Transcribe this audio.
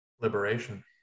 Liberation